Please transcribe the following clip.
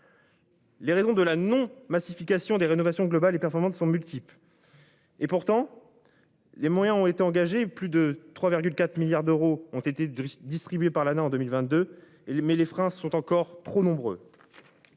Les raisons de la non-massification des rénovations globales et performante sont multiples. Et pourtant. Les moyens ont été engagés. Plus de 3,4 milliards d'euros ont été distribués par l'année en 2022 et les mais les freins sont encore trop nombreux.